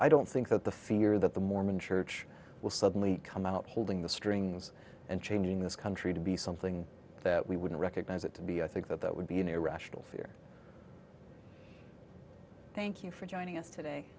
i don't think that the fear that the mormon church will suddenly come out holding the strings and changing this country to be something that we wouldn't recognize it to be i think that that would be an irrational fear thank you for joining us today